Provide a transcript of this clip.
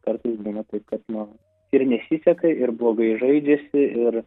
kartais būna taip kad nu ir nesiseka ir blogai žaidžiasi ir